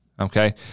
okay